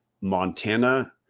Montana